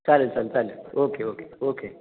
चालेल चालेल चालेल ओके ओके ओके